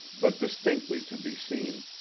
but distinctly to be seen,